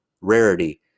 rarity